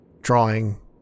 drawing